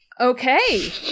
Okay